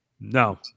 No